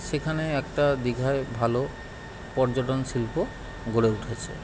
সেখানে একটা দীঘায় ভালো পর্যটন শিল্প গড়ে উঠেছে